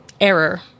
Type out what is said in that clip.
error